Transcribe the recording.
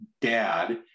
dad